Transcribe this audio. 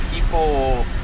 people